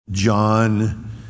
John